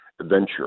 adventure